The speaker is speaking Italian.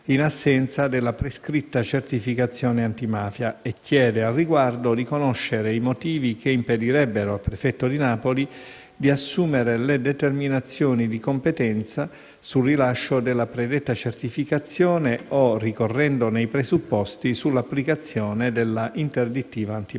in assenza della prescritta certificazione antimafia e chiede al riguardo di conoscere i motivi che impedirebbero al prefetto di Napoli di assumere le determinazioni di competenza sul rilascio della predetta certificazione o, ricorrendone i presupposti, sull'applicazione dell'interdittiva antimafia.